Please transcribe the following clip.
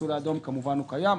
המסלול האדום כמובן קיים.